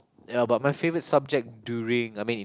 ya but my favourite subject during I mean